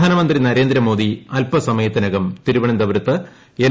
പ്രധാനമന്ത്രി നരേന്ദ്രമോദി അല്പസമയത്തിനകം തിരുവനന്തപുരത്ത് എൻ